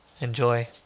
Enjoy